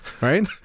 Right